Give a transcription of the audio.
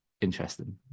interesting